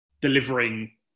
delivering